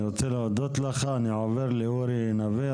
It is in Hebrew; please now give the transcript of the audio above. אני עובר לאורי נווה,